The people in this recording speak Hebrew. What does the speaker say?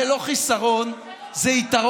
זה לא חיסרון, זה יתרון.